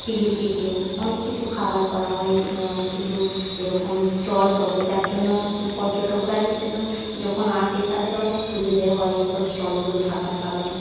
chilli chicken অনেক কিছু খাবার করা হয় এখানে অনেক কিছু এরকম স্টল করে যার জন্য পর্যটকরা হিসেবেও যখন আসে তাদের অনেক সুবিধে হয় এইসব স্টলগুলো থাকার কারণে